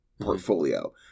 portfolio